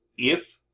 if